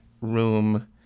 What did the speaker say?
room